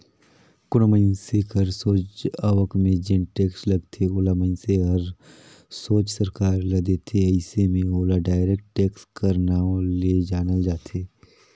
कोनो मइनसे कर सोझ आवक में जेन टेक्स लगथे ओला मइनसे हर सोझ सरकार ल देथे अइसे में ओला डायरेक्ट टेक्स कर नांव ले जानल जाथे